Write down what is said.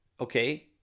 okay